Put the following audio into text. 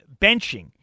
benching